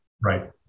right